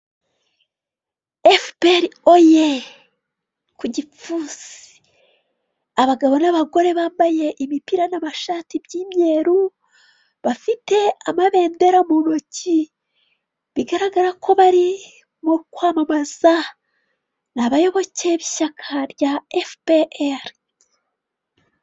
Efuperi oye, ku gipfunsi. Abagabo n'abagore bambaye imipira n'amashati by'imyeru, bafite amabendera mu ntoki, bigaragara ko barimo kwamamaza, ni abayoboke b'ishyaka rya efuperi.